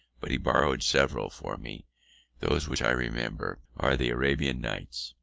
but he borrowed several for me those which i remember are the arabian nights,